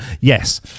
yes